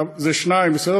שניים, בסדר?